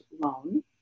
loan